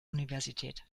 universität